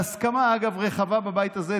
בהסכמה רחבה בבית הזה,